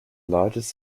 largest